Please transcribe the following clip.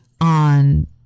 on